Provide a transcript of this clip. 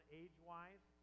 age-wise